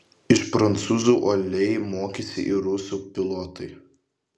iš prancūzų uoliai mokėsi ir rusų pilotai